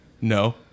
No